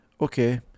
Okay